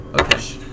Okay